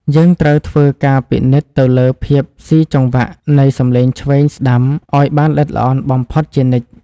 យើងត្រូវធ្វើការពិនិត្យទៅលើភាពស៊ីចង្វាក់នៃសំឡេងឆ្វេងស្ដាំឱ្យបានល្អិតល្អន់បំផុតជានិច្ច។